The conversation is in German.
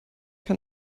kann